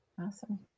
awesome